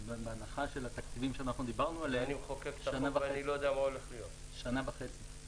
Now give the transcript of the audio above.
בהנחה שנעבוד עם התקציבים שאנחנו דיברנו עליהם זה ייקח שנה וחצי.